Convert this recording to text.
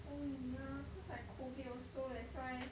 oh yeah cause like COVID also that's why